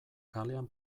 kalean